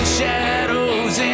shadows